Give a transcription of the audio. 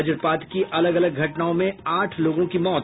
वज्रपात की अलग अलग घटनाओं में आठ लोगों की मौत